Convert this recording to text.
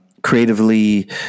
creatively